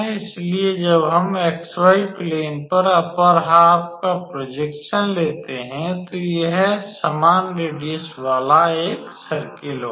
इसलिए जब हम xy प्लेन पर अपर हाफ का प्रोजेक्शन लेते हैं तो यह समान वाला एक सर्कल होगा